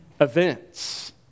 events